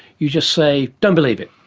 you just say don't believe it,